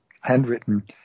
handwritten